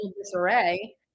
disarray